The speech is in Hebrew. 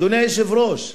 אדוני היושב-ראש,